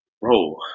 Bro